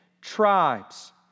tribes